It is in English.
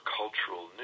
cultural